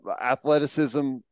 athleticism